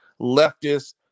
leftist